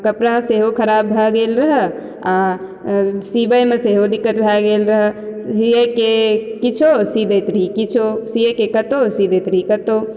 कपड़ा सेहो खराब भऽ गेल रहए आ सिबैमे सेहो दिक्कत भए गेल रहए सियैके किछो सी दैत रहियै किछो सियैके कतौ सी दैत रहियै कतौ